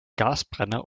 gasbrenner